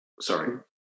sorry